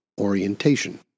orientation